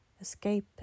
Escape